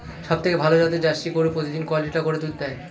সবথেকে ভালো জাতের জার্সি গরু প্রতিদিন কয় লিটার করে দুধ দেয়?